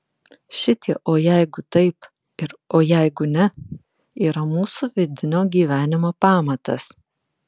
šitie o jeigu taip ir o jeigu ne yra mūsų vidinio gyvenimo pamatas